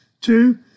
Two